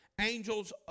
angels